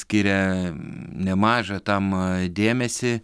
skiriaa nemažą tam dėmesį